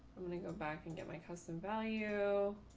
i'm going to go back and get my custom value.